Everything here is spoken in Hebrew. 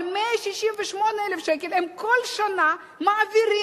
אבל 168 מיליון שקל הם מעבירים כל שנה לעמותות.